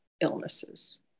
illnesses